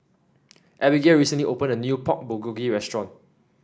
Abigale recently opened a new Pork Bulgogi Restaurant